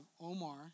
Omar